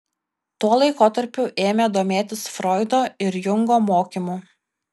tuo laikotarpiu ėmė domėtis froido ir jungo mokymu